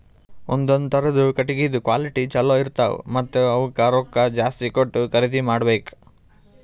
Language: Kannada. ಒಂದೊಂದ್ ಥರದ್ ಕಟ್ಟಗಿದ್ ಕ್ವಾಲಿಟಿ ಚಲೋ ಇರ್ತವ್ ಮತ್ತ್ ಅವಕ್ಕ್ ರೊಕ್ಕಾ ಜಾಸ್ತಿ ಕೊಟ್ಟ್ ಖರೀದಿ ಮಾಡಬೆಕ್